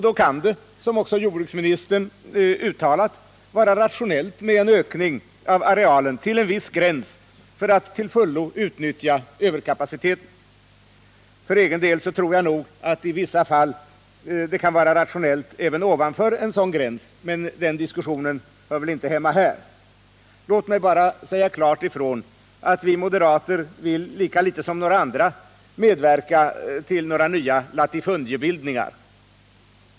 Då kan det — som också jordbruksministern uttalat — vara rationellt med en ökning av arealen till en viss gräns för att till fullo utnyttja överkapaciteten. För egen del tror jag nog att det i vissa fall kan vara rationellt även ovanför en sådan gräns, men den diskussionen hör inte hemma här. Låt mig bara säga klart ifrån: Vi moderater vill lika litet som några andra medverka till nya latifundiebildningar.